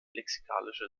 lexikalische